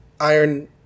iron